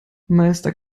meister